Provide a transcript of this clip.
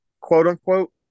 quote-unquote